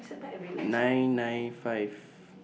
nine nine five